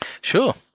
Sure